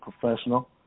professional